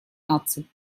наций